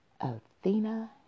Athena